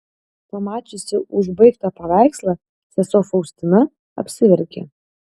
pamačiusi užbaigtą paveikslą sesuo faustina apsiverkė